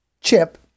chip